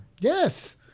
Yes